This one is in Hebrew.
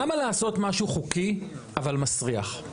למה לעשות משהו חוקי אבל מסריח?